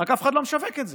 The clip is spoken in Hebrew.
רק אף אחד לא משווק את זה.